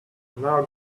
now